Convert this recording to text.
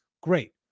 Great